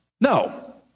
No